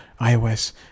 iOS